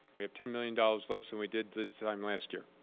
we have ten million dollars less than we did this time last year.